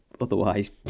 otherwise